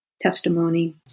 Testimony